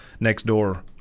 Nextdoor